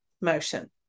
motion